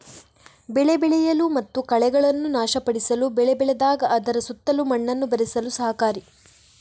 ಬೆಳೆ ಬೆಳೆಯಲು ಮತ್ತು ಕಳೆಗಳನ್ನು ನಾಶಪಡಿಸಲು ಬೆಳೆ ಬೆಳೆದಾಗ ಅದರ ಸುತ್ತಲೂ ಮಣ್ಣನ್ನು ಬೆರೆಸಲು ಸಹಕಾರಿ